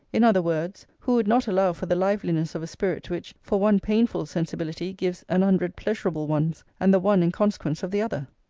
in other words, who would not allow for the liveliness of a spirit which for one painful sensibility gives an hundred pleasurable ones and the one in consequence of the other?